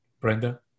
Brenda